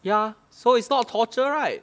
ya so it's not a torture right